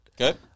Okay